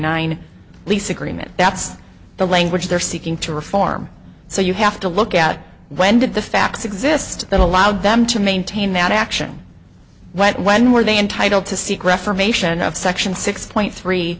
nine lease agreement that's the language they're seeking to reform so you have to look at when did the facts exist that allowed them to maintain that action when were they entitled to seek reformation of section six point three